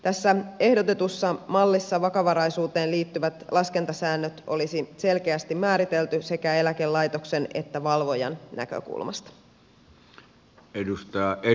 tässä ehdotetussa mallissa vakavaraisuuteen liittyvät laskentasäännöt olisi selkeästi määritelty sekä eläkelaitoksen että valvojan näkökulmasta